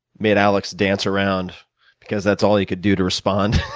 made alex dance around because that's all he could do to respond